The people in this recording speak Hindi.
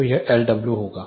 तो यह Lw होगा